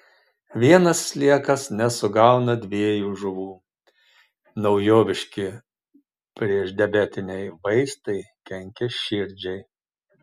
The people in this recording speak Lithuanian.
vienas sliekas nesugauna dviejų žuvų naujoviški priešdiabetiniai vaistai kenkia širdžiai